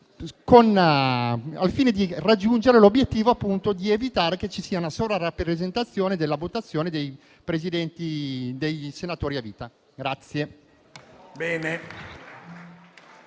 al fine di raggiungere l'obiettivo ed evitare che ci sia una sovrarappresentazione della votazione dei senatori a vita.